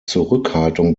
zurückhaltung